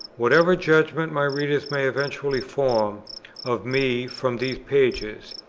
whatever judgment my readers may eventually form of me from these pages,